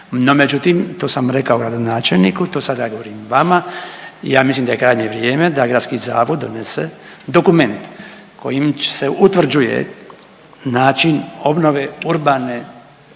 No međutim, to sam rekao gradonačelniku, to sada govorim i vama ja mislim da je krajnje vrijeme da gradski zavod donese dokument kojim se utvrđuje način obnove urbane